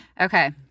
Okay